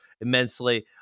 immensely